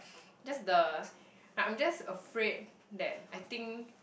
just the I'm just afraid that I think